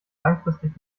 langfristig